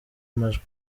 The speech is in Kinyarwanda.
amajwi